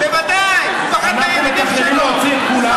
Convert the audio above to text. בוודאי, הוא פחד מהידידים שלו.